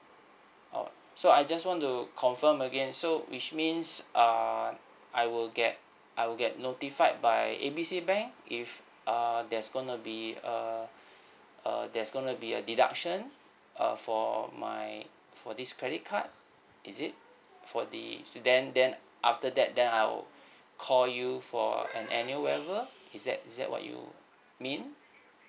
oh so I just want to confirm again so which means um I will get I will get notified by A B C bank if err there's going be uh uh there's going be a deduction uh for my for this credit card is it for the then then after that then I'll call you for an annual waiver is that is that what you mean